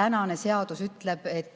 Tänane seadus ütleb, et